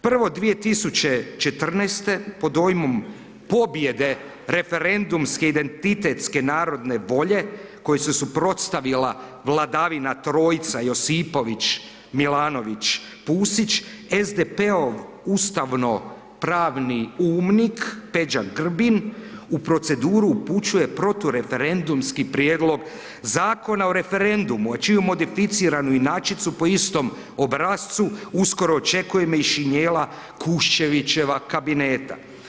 Prvo, 2014.-te pod dojmom pobjede referendumske identitetske narodne volje kojoj se suprotstavila vladavina trojca Josipović, Milanović, Pusić, SDP-ov ustavno pravni umnik Peđa Grbin u proceduru upućuje protureferendumski prijedlog Zakona o referendumu, a čiju modificiranu inačicu po istom obrascu uskoro očekujemo iz šinjela Kuščevićeva kabineta.